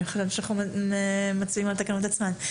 אני חשבתי שאנחנו מצביעים על התקנות עצמן.